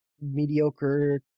mediocre